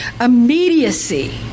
immediacy